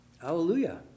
Hallelujah